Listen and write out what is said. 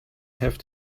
have